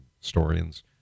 historians